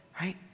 right